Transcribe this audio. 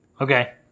Okay